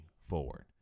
forward